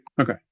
Okay